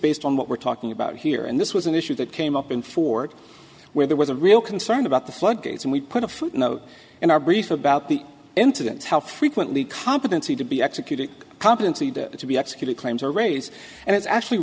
based on what we're talking about here and this was an issue that came up in fort where there was a real concern about the floodgates and we put a footnote in our brief about the internet how frequently competency to be executed competency to be executed claims or raise and it's actually